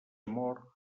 amor